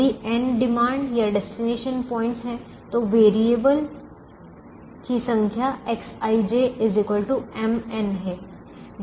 यदि n demand या destination points हैं तो वेरिएबल की संख्या Xij mn हैं